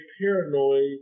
paranoid